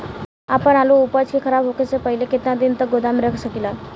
आपन आलू उपज के खराब होखे से पहिले केतन दिन तक गोदाम में रख सकिला?